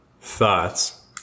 thoughts